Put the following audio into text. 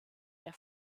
der